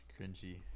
cringy